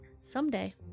Someday